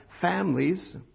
families